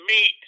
meet